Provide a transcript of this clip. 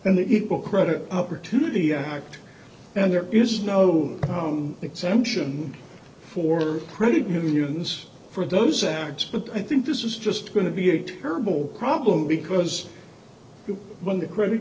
the equal credit opportunity act and there is no come exemption for credit unions for those acts but i think this is just going to be a terrible problem because when the credit